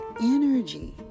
energy